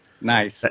Nice